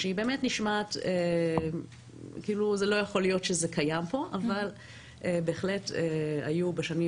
שבאמת זה נשמע כאילו זה לא יכול להיות קיים פה אבל בהחלט היו בשנים